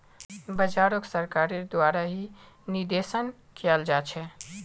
बाजारोक सरकारेर द्वारा ही निर्देशन कियाल जा छे